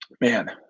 Man